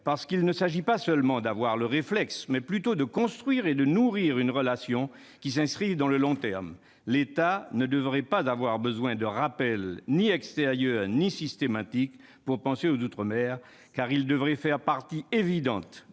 parce qu'il s'agit non pas seulement d'avoir le réflexe, mais plutôt de construire et de nourrir une relation qui s'inscrive dans le long terme. L'État ne devrait avoir besoin de rappel, qu'il soit extérieur ou systématique, pour penser aux outre-mer, ceux-ci devraient faire partie évidente